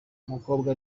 umukobwa